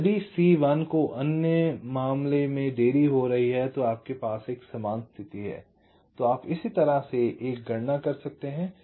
और यदि C1 को अन्य मामले में देरी हो रही है तो आपके पास एक समान स्थिति है तो आप इसी तरह से एक गणना कर सकते हैं